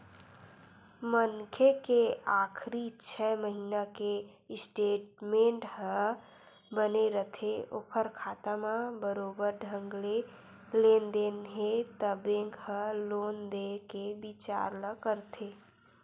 मनखे के आखरी छै महिना के स्टेटमेंट ह बने रथे ओखर खाता म बरोबर ढंग ले लेन देन हे त बेंक ह लोन देय के बिचार ल करथे